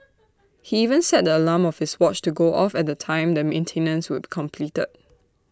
he even set the alarm of his watch to go off at the time the maintenance would be completed